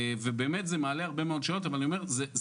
באמת זה מעלה הרבה מאוד שאלות של זכויות,